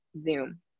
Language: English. Zoom